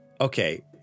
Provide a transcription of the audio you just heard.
okay